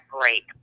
break